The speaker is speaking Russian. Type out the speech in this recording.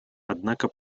однако